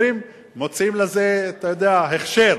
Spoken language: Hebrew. מוציאים לזה, אתה יודע, הכשר.